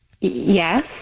Yes